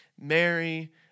Mary